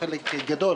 בחלק גדול,